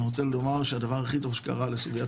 אני רוצה לומר שהדבר הכי טוב שקרה לסוגיית